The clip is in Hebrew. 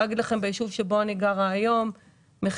אני יכולה להגיד לכם שביישוב בו אני גרה היום מחיר